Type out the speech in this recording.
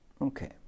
okay